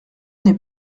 n’est